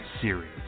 Series